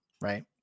right